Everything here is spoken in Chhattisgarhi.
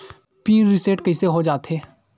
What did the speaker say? पिन रिसेट कइसे हो जाथे?